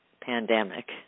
pandemic